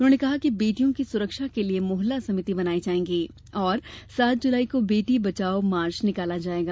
उन्होंने कहा कि बेटियों की सुरक्षा के लिए मोहल्ला समिति बनाई जायेंगी और सात जुलाई को बेटी बचाओ मार्च निकाला जायेगा